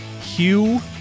Hugh